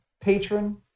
patron